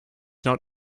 not